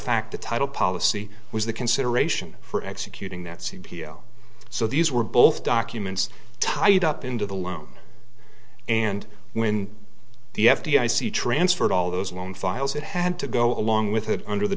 fact the title policy was the consideration for executing that c p o so these were both documents tied up into the loan and when the f d i c transferred all those loan files it had to go along with it under the